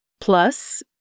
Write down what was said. Plus